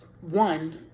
one